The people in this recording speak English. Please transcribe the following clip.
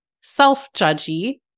self-judgy